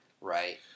right